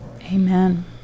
amen